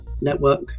Network